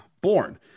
born